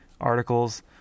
articles